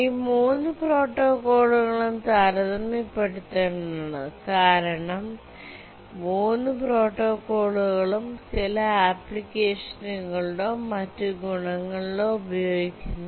ഈ 3 പ്രോട്ടോക്കോളുകളും താരതമ്യപ്പെടുത്തേണ്ടതാണ് കാരണം എല്ലാ 3 പ്രോട്ടോക്കോളുകളും ചില ആപ്ലിക്കേഷനുകളിലോ മറ്റ് ഗുണങ്ങളിലോ ഉപയോഗിക്കുന്നു